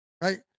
right